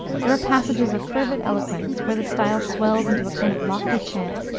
there are passages of fervid eloquence, where the style swells into a kind of lofty chant,